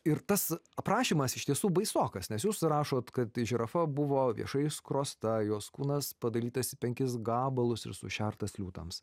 ir tas aprašymas iš tiesų baisokas nes jūs rašot kad žirafa buvo viešai išskrosta jos kūnas padalytas į penkis gabalus ir sušertas liūtams